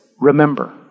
remember